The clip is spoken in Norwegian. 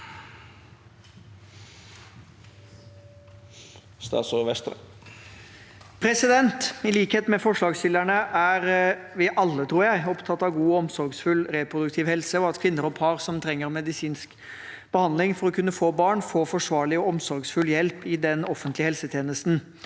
I likhet med forslagsstillerne er vi alle, tror jeg, opptatt av god og omsorgsfull reproduktiv helse, og at kvinner og par som trenger medisinsk behandling for å kunne få barn, får forsvarlig og omsorgsfull hjelp i den offentlige helsetjenesten.